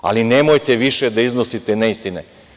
Ali, nemojte više da iznosite neistine.